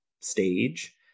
stage